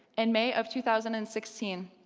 and may of two thousand and sixteen,